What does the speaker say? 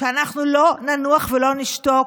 שאנחנו לא נניח ולא נשתוק.